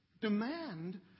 demand